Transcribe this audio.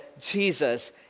Jesus